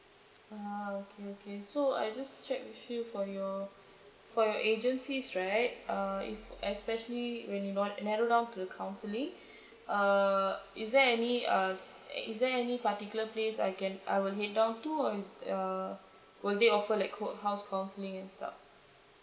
ah okay okay so I just check with you for your for your agencies right uh if especially when you got narrow down to counselling uh is there any uh is there any particular place I can I will head down to or uh will they offer like ho~ house counselling and stuff